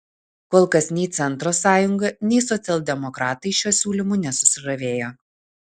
kol kas nei centro sąjunga nei socialdemokratai šiuo siūlymu nesusižavėjo